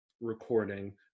recording